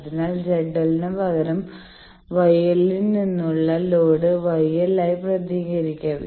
അതിനാൽ ZL ന് പകരം YL ൽ നിന്നുള്ള ലോഡ് YL ആയി പ്രതിനിധീകരിക്കാം